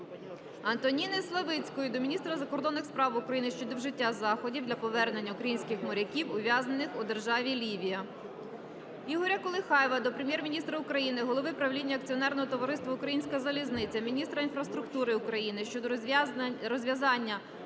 Антоніни Славицької до Міністра закордонних справ України щодо вжиття заходів для повернення українських моряків, ув'язнених у державі Лівія. Ігоря Колихаєва до Прем'єр-міністра України, Голови правління акціонерного товариства "Українська залізниця", Міністра інфраструктури України щодо розв'язання